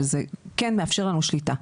זה כן מאפשר לנו שליטה.